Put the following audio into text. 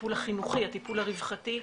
הטיפול החינוכי, הטיפול הרווחתי,